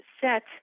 set